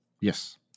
Yes